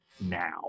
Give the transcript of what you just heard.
now